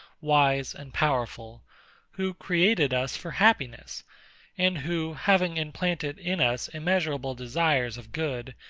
wise, and powerful who created us for happiness and who, having implanted in us immeasurable desires of good,